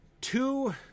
two